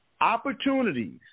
Opportunities